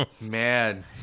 man